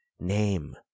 name